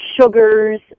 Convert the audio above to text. sugars